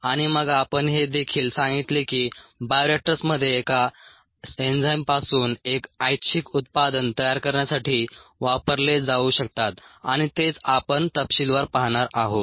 आणि मग आपण हे देखील सांगितले की बायोरिएक्टर्समध्ये एका एन्झाईमपासून एक ऐच्छिक उत्पादन तयार करण्यासाठी वापरले जाऊ शकतात आणि तेच आपण तपशीलवार पाहणार आहोत